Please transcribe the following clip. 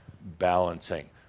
balancing